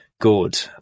good